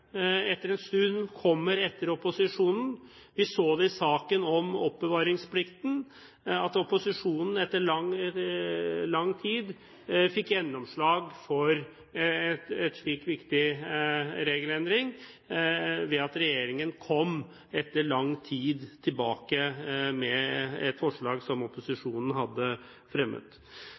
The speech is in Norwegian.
etter en stund kommer etter opposisjonen. Vi så i saken om oppbevaringsplikten at opposisjonen etter lang tid fikk gjennomslag for en viktig regelendring, ved at regjeringen etter lang tid kom tilbake med et forslag som opposisjonen hadde fremmet.